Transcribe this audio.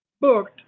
booked